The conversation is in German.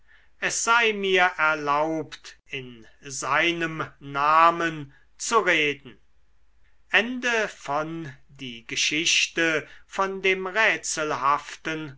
es sei mir erlaubt in seinem namen zu reden die geschichte